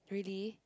really